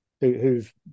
who've